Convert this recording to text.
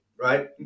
Right